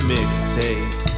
Mixtape